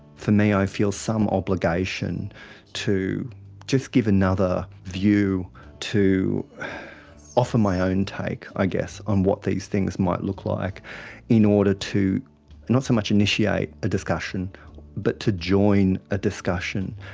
for me i feel some obligation to just give another view to offer my own take i guess on what these things might look like in order to not so much initiate a discussion but to join a discussion,